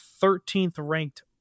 13th-ranked